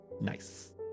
Nice